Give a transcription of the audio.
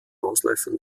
ausläufern